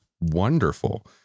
wonderful